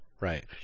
Right